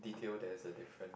detail there's a different